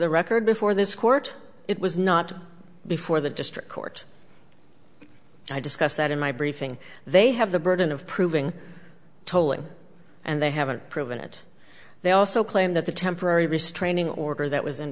the record before this court it was not before the district court i discuss that in my briefing they have the burden of proving tolling and they haven't proven it they also claim that the temporary restraining order that was in